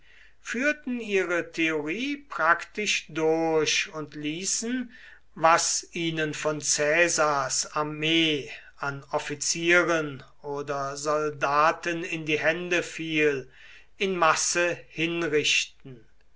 führten ihre theorie praktisch durch und ließen was ihnen von caesars armee an offizieren oder soldaten in die hände fiel in masse hinrichten